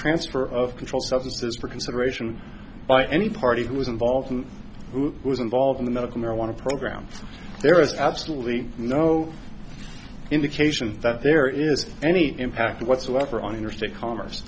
transfer of controlled substances for consideration by any party who was involved and who was involved in the medical marijuana program there is absolutely no indications that there is any impact whatsoever on interstate commerce